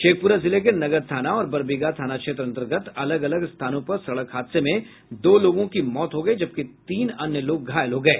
शेखपुरा जिले के नगर थाना और बरबीघा थाना क्षेत्र अंतर्गत अलग अलग स्थानों पर सड़क हादसे में दो लोगों की मौत हो गयी जबकि तीन अन्य लोग घायल हो गये